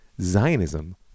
Zionism